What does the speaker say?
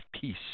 peace